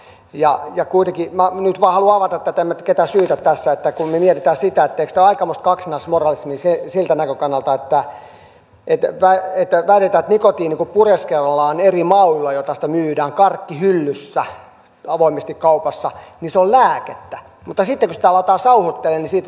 kuitenkin minä nyt vain haluan avata tätä en minä nyt ketään syytä tässä kun me mietimme sitä eikö tämä ole aikamoista kaksinaismoralismia siltä näkökannalta että väitetään että kun nikotiinia pureskellaan eri mauilla joilla sitä myydään karkkihyllyssä avoimesti kaupassa niin se on lääkettä mutta sitten kun sitä aletaan sauhutella siitä tuleekin myrkkyä